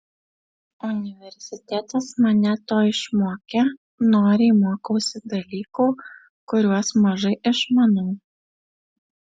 universitetas mane to išmokė noriai mokausi dalykų kuriuos mažai išmanau